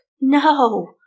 No